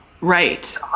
Right